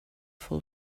full